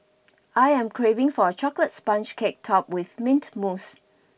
I am craving for a chocolate sponge cake topped with mint mousse